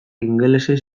ingelesez